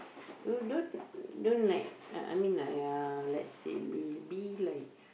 you don't don't like uh I mean like uh let's say be be like